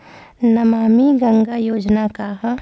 नमामि गंगा योजना का ह?